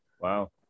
Wow